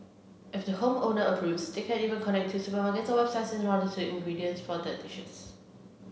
if the home owner approves they can even connect to supermarkets or websites to order the ingredients for the dishes